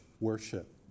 worship